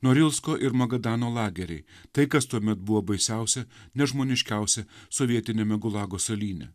norilsko ir magadano lageriai tai kas tuomet buvo baisiausia nežmoniškiausia sovietiniame gulago salyne